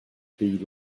pays